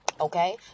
Okay